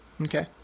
Okay